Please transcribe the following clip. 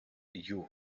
you